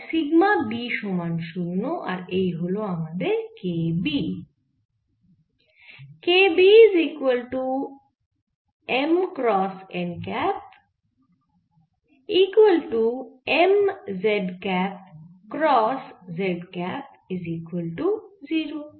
তাই sigma B সমান 0 আর এই হল আমাদের K b